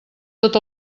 tot